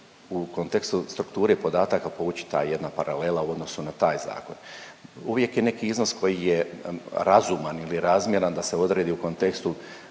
u kontekstu strukture podataka povući ta jedna paralela u odnosu na taj zakon. Uvijek je neki iznos koji je razuman ili razmjeran da se odredi u kontekstu